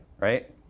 right